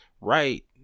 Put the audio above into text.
right